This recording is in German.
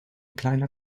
kleiner